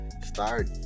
start